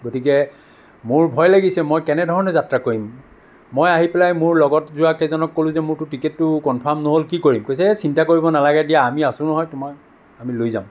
গতিকে মোৰ ভয় লাগিছে মই কেনে ধৰণে যাত্ৰা কৰিম মই আহি পেলাই মোৰ লগত যোৱা কেইজনক ক'লো যে মোৰটো টিকটটো কনফাৰ্ম নহ'ল কি কৰিম কৈছে চিন্তা কৰিব নালাগে দিয়া আমি আছোঁ নহয় তোমাৰ আমি লৈ যাম